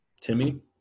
timmy